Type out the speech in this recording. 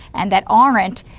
and that aren't